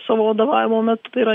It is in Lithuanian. savo vadovavimo metu tai yra